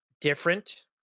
different